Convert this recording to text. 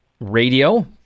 Radio